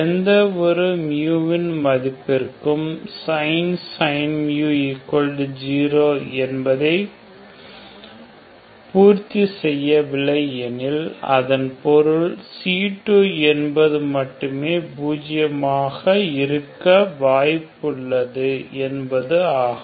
எந்த ஒரு ன் மதிப்பிற்கும் sin 0 என்பதை பூர்த்தி செய்யவில்லை எனில் அதன் பொருள் c2 என்பது மட்டுமே பூஜ்யமாக இருக்க வாய்ப்புள்ளது என்பது ஆகும்